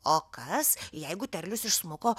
o kas jeigu terlius išsmuko